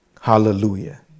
Hallelujah